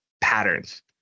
patterns